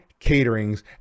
caterings